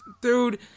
Dude